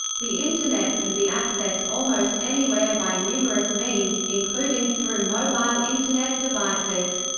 the internet can be accessed almost anywhere by numerous means, including through mobile internet devices.